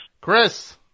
Chris